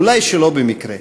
אולי שלא במקרה.